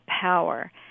power